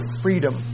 freedom